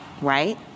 right